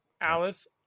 Alice